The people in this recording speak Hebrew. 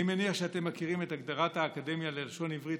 אני מניח שאתם מכירים את הגדרת האקדמיה ללשון עברית